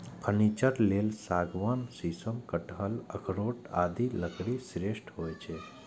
furniture लेल सागवान, शीशम, कटहल, अखरोट आदिक लकड़ी श्रेष्ठ होइ छै